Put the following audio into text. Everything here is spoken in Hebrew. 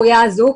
הוא היה אזוק